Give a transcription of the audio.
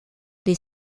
des